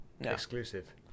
exclusive